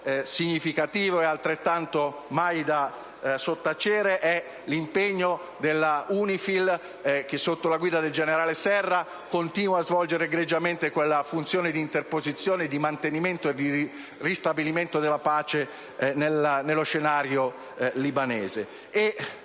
significativo e mai da sottacere è l'impegno della UNIFIL che, sotto la guida del generale Serra, continua a svolgere egregiamente una funzione di interposizione, mantenimento e ristabilimento della pace nello scenario libanese.